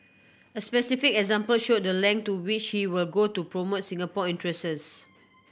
a specific example showed the length to which he will go to promote Singapore interests